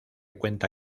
cuenta